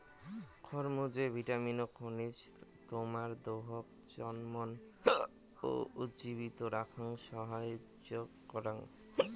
খরমুজে vitamin ও খনিজ তোমার দেহাক চনমন ও উজ্জীবিত রাখাং সাহাইয্য করাং